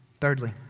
Thirdly